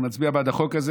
אנחנו נצביע בעד החוק הזה,